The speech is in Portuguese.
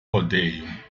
rodeio